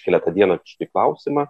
iškelia tą dieną į klausimą